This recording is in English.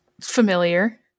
familiar